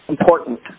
important